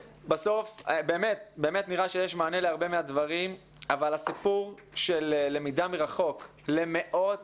נראה שיש מענה להרבה מהדברים אבל הסיפור של למידה מרחוק למאות